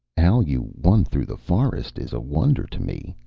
how you won through the forest is a wonder to me,